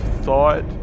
thought